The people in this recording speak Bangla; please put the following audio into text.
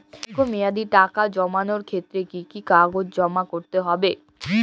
দীর্ঘ মেয়াদি টাকা জমানোর ক্ষেত্রে কি কি কাগজ জমা করতে হবে?